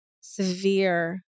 severe